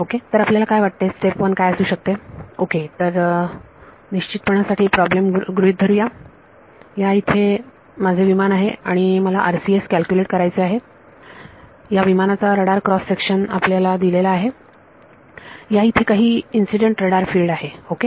okay तर आपल्याला काय वाटते स्टेप 1 काय असू शकते ओके तर निश्चितपणा साठी प्रॉब्लेम गृहीत धरू या या इथे हे माझे विमान आहे आणि मला RCS कॅल्क्युलेट करायचे आहे या विमानाचा रडार क्रॉस सेक्शन आपल्याला दिलेला आहे या इथे काही इन्सिडेंट रडार फिल्ड आहे ओके